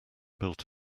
built